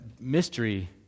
mystery